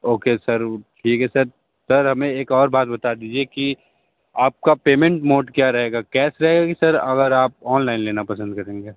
okay sir ठीक है sir sir हमें एक और बात बता दीजिए कि आपका पेमेंट मोड क्या रहेगा कैश रहेगा कि सर अगर आप ऑनलाइन लेना पसंद करेंगे